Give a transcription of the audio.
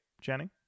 Jenny